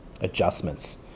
adjustments